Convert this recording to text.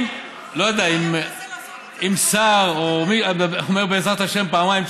אם שר אומר "בעזרת השם" פעמיים,